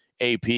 AP